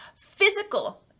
physical